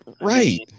Right